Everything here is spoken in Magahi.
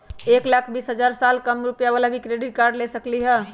एक लाख बीस हजार के साल कम रुपयावाला भी क्रेडिट कार्ड ले सकली ह?